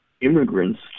Immigrants